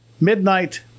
midnight